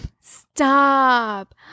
Stop